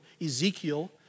Ezekiel